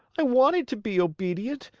i wanted to be obedient.